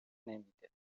نمیده